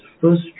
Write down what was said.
first